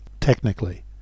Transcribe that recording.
technically